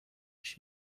پاک